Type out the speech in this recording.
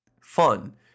fun